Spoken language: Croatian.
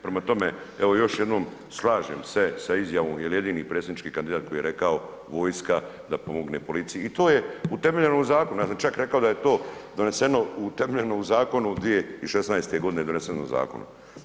Prema tome, evo još jednom slažem se sa izjavom jer je jedini predsjednički kandidat koji je rekao vojska da pomogne policiji i to je utemeljeno u zakonu, ja sam čak rekao da je to doneseno utemeljeno u zakonu 2016. godine, doneseno u zakonu.